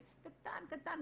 ממש קטן קטן,